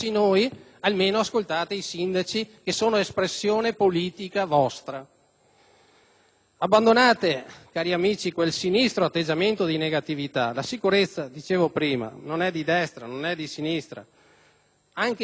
Abbandonate, cari amici, quel sinistro atteggiamento di negatività. La sicurezza, dicevo prima, non è di destra o di sinistra; anche i cittadini che a suo tempo vi votavano se ne sono accorti, e i risultati li avete visti.